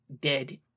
dead